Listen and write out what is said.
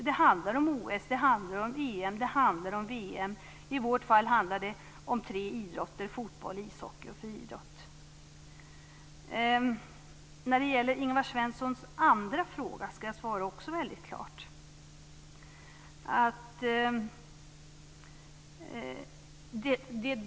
Det handlar om OS, EM och VM. I vårt fall handlar det om tre idrotter, nämligen fotboll, ishockey och friidrott. När det gäller Ingvar Svenssons andra fråga skall jag också svara väldigt klart.